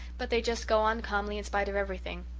but they just go on calmly in spite of everything.